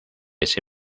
ese